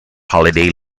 holiday